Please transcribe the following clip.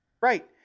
Right